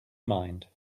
mind